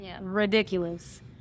ridiculous